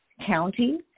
county